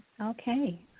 Okay